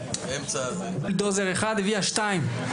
הממשלה החליטה שלא מספיק בולדוזר אחד הביאה שניים.